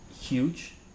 huge